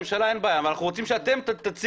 לממשלה אין בעיה אבל אנחנו רוצים שאתם תציגו